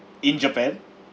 in japan